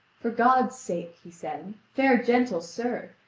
for god's sake, he said, fair gentle sir,